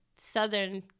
southern